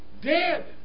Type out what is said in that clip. Dead